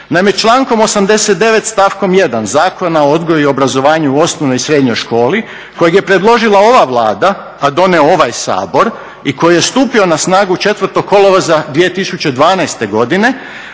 Naime, člankom 89. stavkom 1. Zakona o odgoju i obrazovanju u osnovnoj i srednjoj školi kojeg je predložila ova Vlada pa donio ovaj Sabor i koji je stupio na snagu 4. kolovoza 2012. godine